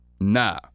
nah